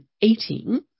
eating